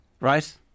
right